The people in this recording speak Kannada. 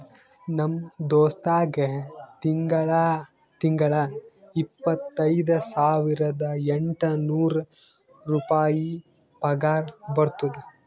ನಮ್ ದೋಸ್ತ್ಗಾ ತಿಂಗಳಾ ತಿಂಗಳಾ ಇಪ್ಪತೈದ ಸಾವಿರದ ಎಂಟ ನೂರ್ ರುಪಾಯಿ ಪಗಾರ ಬರ್ತುದ್